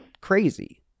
crazy